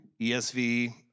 ESV